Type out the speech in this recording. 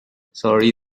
sorry